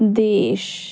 ਦੇਸ਼